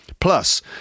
Plus